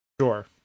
Sure